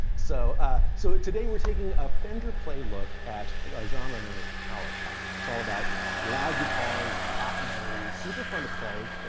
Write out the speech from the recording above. so ah so today we're taking a fender play look at a genre known as power pop. it's all about loud guitars, pop melody. it's super fun to play,